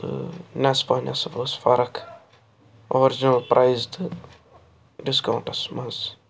تہٕ نٮ۪صبا نٮ۪صٕب ٲسۍ فرق آرجِنل پرٛایِس تہٕ ڈِسکاونٛٹس منٛز